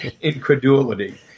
Incredulity